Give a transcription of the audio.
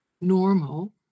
normal